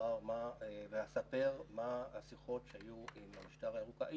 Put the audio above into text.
לומר ולספר מה השיחות שהיו עם המשטרה הירוקה.